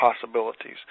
possibilities